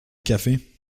café